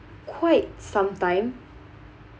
quite some time